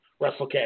Wrestlecast